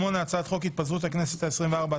8. הצעת חוק התפזרות הכנסת העשרים וארבע,